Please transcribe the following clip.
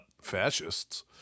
Fascists